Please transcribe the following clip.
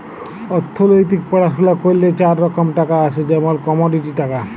অথ্থলিতিক পড়াশুলা ক্যইরলে চার রকম টাকা আছে যেমল কমডিটি টাকা